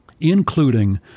including